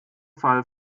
fall